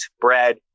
bread